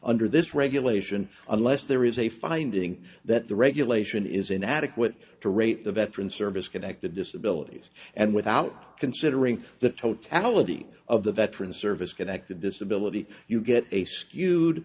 under this regulation unless there is a finding that the regulation is inadequate to rate the veterans service connected disability and without considering the totality of the veterans service connected disability you get a skewed